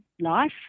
life